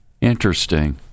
Interesting